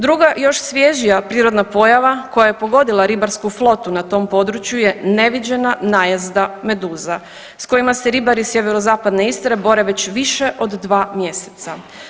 Druga, još svježija prirodna pojava koja je pogodila ribarsku flotu na tom području je neviđena najezda meduza s kojima se ribari sjeverozapadne Istre bore već više od 2 mjeseca.